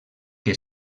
que